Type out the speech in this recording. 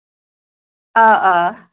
آ آ